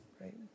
right